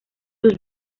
sus